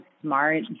smart